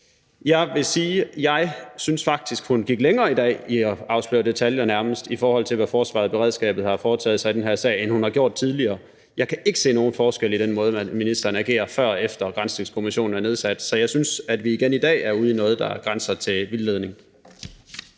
Jeg vil sige, at jeg faktisk synes, at hun nærmest gik længere i dag i at afsløre detaljer om, hvad forsvaret og beredskabet har foretaget sig i den her sag, end hun har gjort tidligere. Jeg kan ikke se nogen forskel i den måde, ministeren agerer på, før og efter granskningskommissionen er nedsat. Så jeg synes, at vi igen i dag er ude i noget, der grænser til vildledning.